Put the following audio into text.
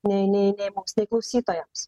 nei nei nei mums nei klausytojams